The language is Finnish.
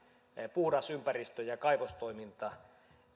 puhdas ympäristö ja kaivostoiminta